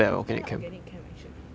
I quite like organic chem actually